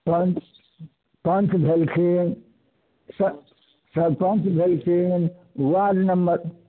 पञ्च पञ्च भेलखिन सऽ सरपञ्च भेलखिन वार्ड मेम्बर